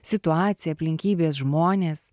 situacija aplinkybės žmonės